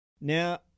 Now